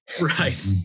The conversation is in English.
Right